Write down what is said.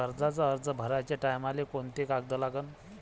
कर्जाचा अर्ज भराचे टायमाले कोंते कागद लागन?